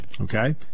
Okay